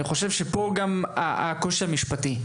אני חושב שפה גם הקושי המשפטי.